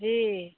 जी